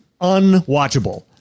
unwatchable